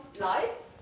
lights